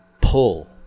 pull